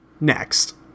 Next